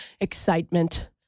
Excitement